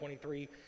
23